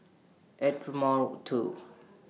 Ardmore two